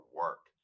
work